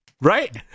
Right